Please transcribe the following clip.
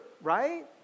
right